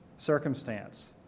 circumstance